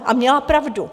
A měla pravdu.